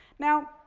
now,